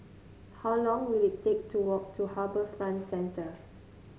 how long will it take to walk to Harbour Front Center